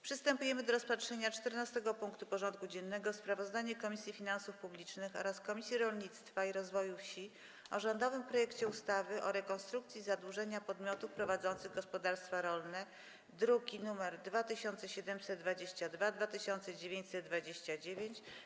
Przystępujemy do rozpatrzenia punktu 14. porządku dziennego: Sprawozdanie Komisji Finansów Publicznych oraz Komisji Rolnictwa i Rozwoju Wsi o rządowym projekcie ustawy o restrukturyzacji zadłużenia podmiotów prowadzących gospodarstwa rolne (druki nr 2722 i 2929)